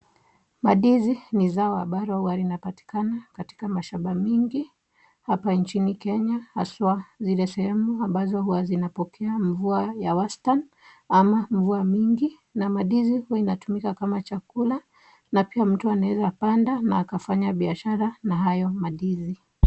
Mandizi ni zao ambalo huwa linapatikana katika mashamba nyingi hapa nchini kenya haswa zile sehemu ambazo huwa zinapokea mvua ya wastani ama mvua mingi na mandizi huwa inatumika kama chakula na pia mtu anaeza panda na kufanya biashara na hiyo ndizi.